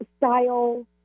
style